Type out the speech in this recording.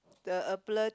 the